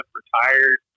retired